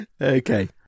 Okay